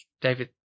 David